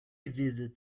visited